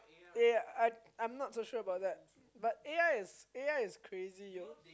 yeah I I I'm not so sure about that but A_I is A_I is crazy !yo!